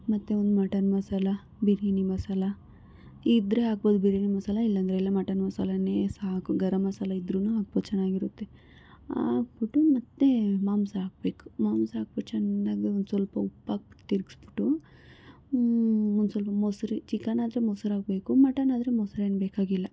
ಮತ್ತು ಒಂದು ಮಟನ್ ಮಸಾಲ ಬಿರಿಯಾನಿ ಮಸಾಲ ಇದ್ರೆ ಹಾಕ್ಬೋದು ಬಿರಿಯಾನಿ ಮಸಾಲ ಇಲ್ಲಾಂದ್ರೆ ಇಲ್ಲ ಮಟನ್ ಮಸಾಲನೇ ಸಾಕು ಗರಂ ಮಸಾಲ ಇದ್ರೂ ಹಾಕ್ಬೋದು ಚೆನ್ನಾಗಿರುತ್ತೆ ಹಾಕ್ಬಿಟ್ಟು ಮತ್ತೆ ಮಾಂಸ ಹಾಕ್ಬೇಕು ಮಾಂಸ ಹಾಕ್ಬಿಟ್ಟು ಚೆನ್ನಾಗಿ ಒಂದ್ಸ್ವಲ್ಪ ಉಪ್ಪಾಕಿ ತಿರ್ಗಿಸ್ಬಿಟ್ಟು ಒಂದ್ಸ್ವಲ್ಪ ಮೊಸರು ಚಿಕನ್ ಆದರೆ ಮೊಸರಾಕ್ಬೇಕು ಮಟನ್ ಆದರೆ ಮೊಸರೇನು ಬೇಕಾಗಿಲ್ಲ